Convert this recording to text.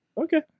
Okay